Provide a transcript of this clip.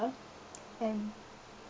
and